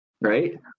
right